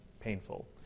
painful